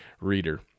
reader